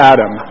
Adam